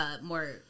More